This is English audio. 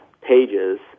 pages